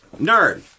Nerd